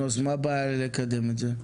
אז מה הבעיה לקדם את זה?